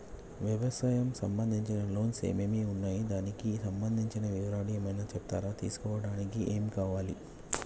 వ్యవసాయం సంబంధించిన లోన్స్ ఏమేమి ఉన్నాయి దానికి సంబంధించిన వివరాలు ఏమైనా చెప్తారా తీసుకోవడానికి ఏమేం కావాలి?